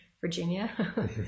Virginia